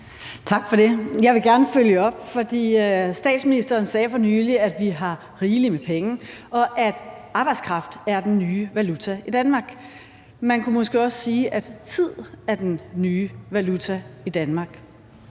Tak for det. Jeg vil gerne følge op, for statsministeren sagde for nylig, at vi har rigeligt med penge, og at arbejdskraft er den nye valuta i Danmark. Man kunne måske også sige, at tid er den nye valuta i Danmark,